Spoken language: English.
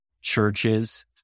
churches